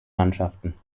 mannschaften